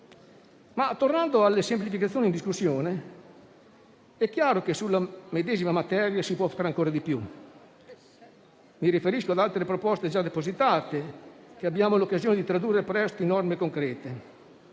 Tornando però alle semplificazioni in discussione, è chiaro che sulla medesima materia si può fare ancora di più. Mi riferisco ad altre proposte già depositate, che avremo l'occasione di tradurre presto in norme concrete,